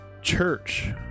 church